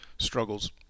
struggles